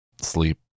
sleep